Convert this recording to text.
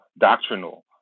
doctrinal